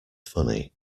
funny